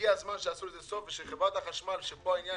הגיע הזמן שיעשו לזה סוף ושחברת החשמל שלקחה